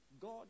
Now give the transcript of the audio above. God